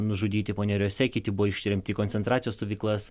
nužudyti paneriuose kiti buvo ištremti į koncentracijos stovyklas